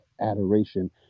adoration